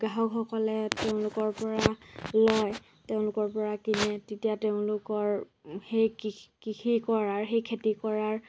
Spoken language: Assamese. গ্ৰাহকসকলে তেওঁলোকৰ পৰা লয় তেওঁলোকৰ পৰা কিনে তেতিয়া তেওঁলোকৰ সেই কৃষি কৃষি কৰাৰ সেই খেতি কৰাৰ